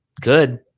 Good